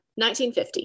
1950